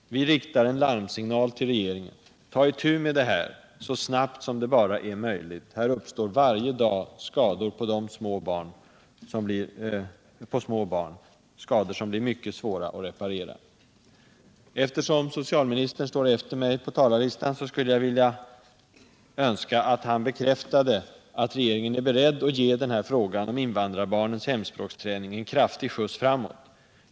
Vi riktar en larmsignal till regeringen — ta itu med detta så snabbt som det bara är möjligt. Här uppstår varje dag skador på små barn som blir mycket svåra att reparera. Eftersom socialministern står efter mig på talarlistan skulle jag önska att han bekräftade att regeringen är beredd att ge frågan om invandrarbarnens hemspråksträning en kraftig skjuts framåt.